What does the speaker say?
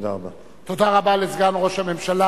תודה רבה לסגן ראש הממשלה.